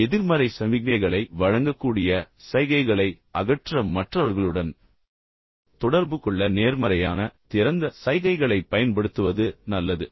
பின்னர் எதிர்மறை சமிக்ஞைகளை வழங்கக்கூடிய சைகைகளை அகற்ற மற்றவர்களுடன் தொடர்பு கொள்ள நேர்மறையான திறந்த சைகைகளைப் பயன்படுத்துவது நல்லது